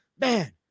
man